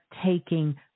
taking